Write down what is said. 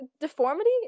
deformity